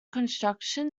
construction